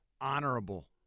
honorable